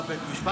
צו בית משפט,